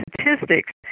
statistics